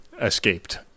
escaped